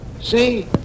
See